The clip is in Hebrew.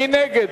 מי נגד?